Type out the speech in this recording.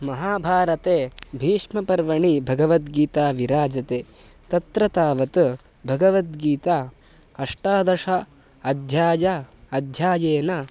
महाभारते भीष्मपर्वणि भगवद्गीता विराजते तत्र तावत् भगवद्गीता अष्टादश अध्याये अध्याये